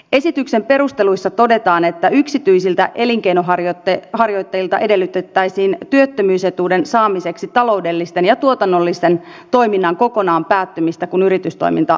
esityksen perusteluissa todetaan että yksityisiltä elinkeinonharjoittajilta edellytettäisiin työttömyysetuuden saamiseksi taloudellisten ja tuotannollisten toimintojen kokonaan päättymistä kun yritystoiminta loppuu